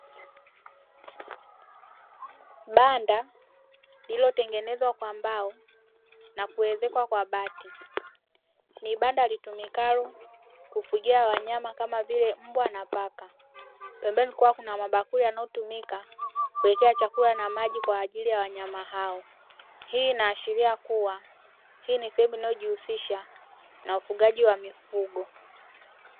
Banda lililotengenezwa kwa mbao na kuwezekwa kwa bati ni banda litumikalo kufugia wanyama kamavile mbwa na paka, pembeni kukiwa na mabakuli yanayotumika kuwekea chakula na maji kwajili ya wanyama hao. Hii inahashiria kuwa hii ni sehemu inayojihusisha na ufugaji wa mifugo.